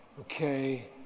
okay